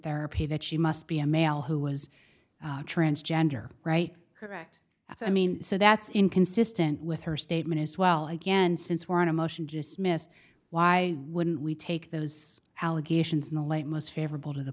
therapy that she must be a male who was transgender rights correct i mean so that's inconsistent with her statement as well again since we're on a motion to dismiss why wouldn't we take those allegations in the light most favorable to the